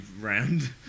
round